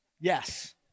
Yes